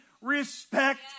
respect